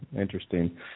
interesting